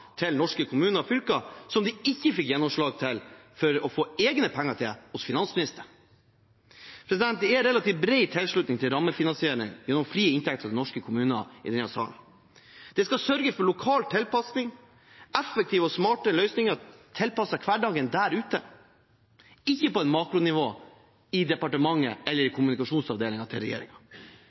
til norske kommuner og fylker, som de ikke fikk gjennomslag for å få egne penger til av finansministeren. Det er relativt bred tilslutning til rammefinansieringen gjennom frie inntekter til norske kommuner i denne salen. Det skal sørge for lokal tilpasning og effektive og smarte løsninger tilpasset hverdagen der ute – ikke på et makronivå i departementet eller i kommunikasjonsavdelingen til